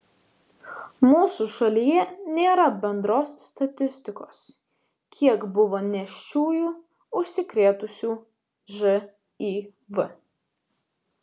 mūsų šalyje nėra bendros statistikos kiek buvo nėščiųjų užsikrėtusių živ